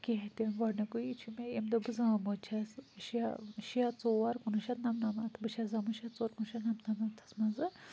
کیٚنٛہہ تہِ گۄڈنِکُے چھُ مےٚ ییٚمہِ دۄہ بہٕ زامٕژ چھَس شےٚ شےٚ ژور کُنوُہ شتھ نَمنَمَتھ بہٕ چھَس زامٕژ شےٚ ژور کُنوُہ شتھ نَمنَمَتھس مَنٛزٕ